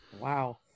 Wow